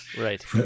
Right